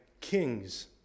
kings